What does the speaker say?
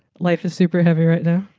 life is superheavy right now.